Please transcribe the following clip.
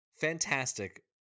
fantastic